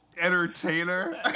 Entertainer